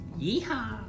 yeehaw